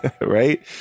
right